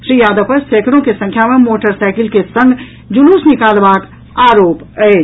श्री यादव पर सैंकड़ों के संख्या मे मोटरसाईकिल के संग जुलूस निकालबाक आरोप अछि